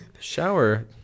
shower